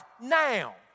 now